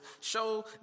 show